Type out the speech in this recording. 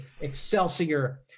Excelsior